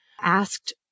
asked